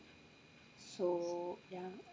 so yeah